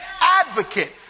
Advocate